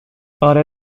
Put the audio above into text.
آره